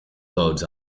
loads